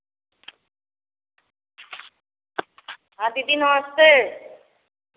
हाँ दीदी नमस्ते